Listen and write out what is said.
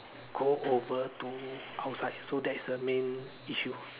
go over to outside so that's the main issue